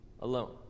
alone